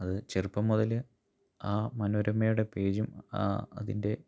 അത് ചെറുപ്പം മുതൽ ആ മനോരമയുടെ പേജും ആ അതിന്റെ